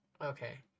Okay